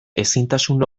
ezintasun